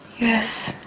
yes.